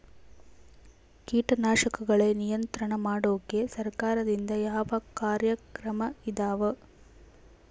ಕೇಟನಾಶಕಗಳ ನಿಯಂತ್ರಣ ಮಾಡೋಕೆ ಸರಕಾರದಿಂದ ಯಾವ ಕಾರ್ಯಕ್ರಮ ಇದಾವ?